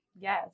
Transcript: Yes